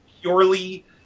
purely